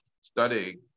studying